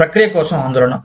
ప్రక్రియ కోసం ఆందోళన